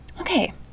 Okay